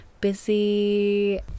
busy